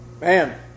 Man